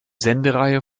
sendereihe